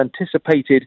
anticipated